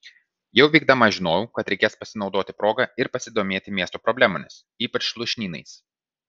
jau vykdama žinojau kad reikės pasinaudoti proga ir pasidomėti miesto problemomis ypač lūšnynais